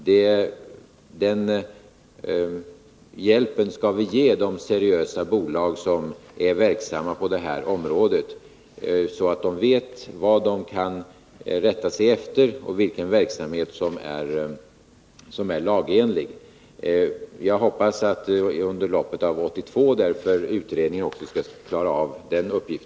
Den hjälpen skall vi ge de seriösa bolag som är verksamma på detta område, så att de vet vad de kan rätta sig efter och vilken verksamhet som är lagenlig. Jag hoppas därför att utredningen under loppet av 1982 skall klara av också denna uppgift.